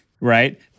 right